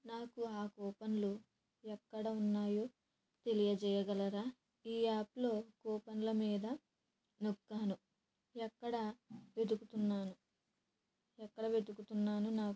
నాకు ఆ కూపన్లు ఎక్కడ ఉన్నాయో తెలియజేయగలరా ఈ యాప్లో కూపన్ల మీద నొక్కాను ఎక్కడ అని వెతుకుతున్నాను ఎక్కడ వెతుకుతున్నానో నాకు